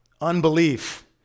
Unbelief